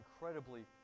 incredibly